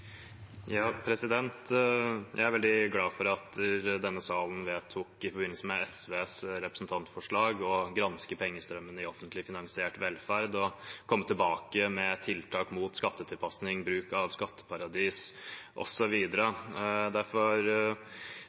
Jeg er veldig glad for at denne salen i forbindelse med SVs representantforslag vedtok å granske pengestrømmen i offentlig finansiert velferd og komme tilbake med tiltak mot skattetilpasning, bruk av skatteparadiser, osv. Derfor